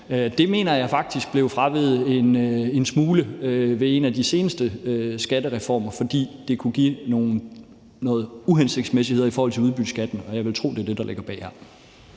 Det mener jeg faktisk blev fraveget en smule ved en af de seneste skattereformer, fordi det kunne give nogle uhensigtsmæssigheder i forhold til udbytteskatten, og jeg vil tro, det er det, der ligger bag her.